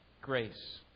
grace